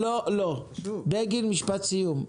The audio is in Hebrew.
אביטל בגין, משפט סיום.